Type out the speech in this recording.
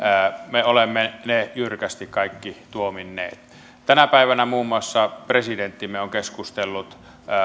me olemme ne jyrkästi kaikki tuominneet tänä päivänä muun muassa presidenttimme on keskustellut